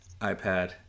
iPad